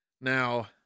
Now